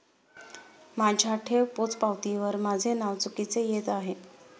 माझ्या ठेव पोचपावतीवर माझे नाव चुकीचे येत आहे